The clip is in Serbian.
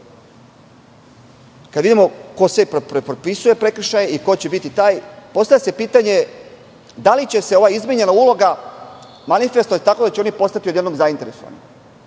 kada vidimo ko sve propisuje prekršaje i ko će biti taj, postavlja se - pitanje da li će se ova izmenjena uloga manifestovati tako da će oni postati odjednom zainteresovani?